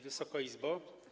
Wysoka Izbo!